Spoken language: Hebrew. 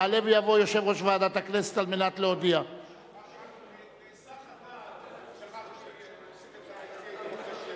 30 בעד, אין מתנגדים, אין נמנעים.